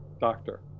doctor